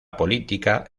política